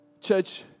Church